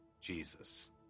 Jesus